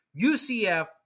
UCF